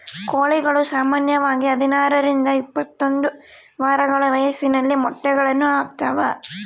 ಕೋಳಿಗಳು ಸಾಮಾನ್ಯವಾಗಿ ಹದಿನಾರರಿಂದ ಇಪ್ಪತ್ತೊಂದು ವಾರಗಳ ವಯಸ್ಸಿನಲ್ಲಿ ಮೊಟ್ಟೆಗಳನ್ನು ಹಾಕ್ತಾವ